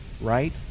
right